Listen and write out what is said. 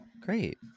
Great